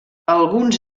alguns